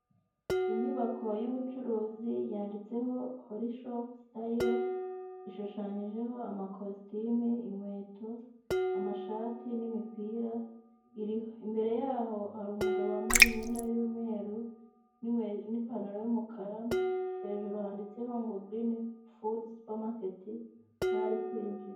Inyubako y'ubucuruzi yanditseho hori shopu sitayiro ishushanyijeho amakositimu, inkweto amashati n'imipira iriho. Imbere yaho hari umugabo wambaye imyenda yumweru nipantaro yumukara hejuru handitseho ngo girini fudu supamaketi ari kwinjira.